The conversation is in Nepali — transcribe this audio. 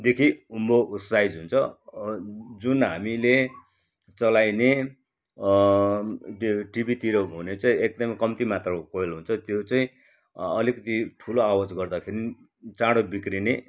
देखि उँभो साइज हुन्छ अँ जुन हामीले चलाइने त्यो टिभीतिर हुने चाहिँ एकदमै कम्ती मात्रको कोइल हुन्छ त्यो चाहिँ अलिकति ठुलो आवाज गर्दाखेरि पनि चाँडो बिग्रिने